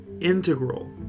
integral